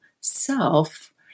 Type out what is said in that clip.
self